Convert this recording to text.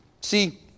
See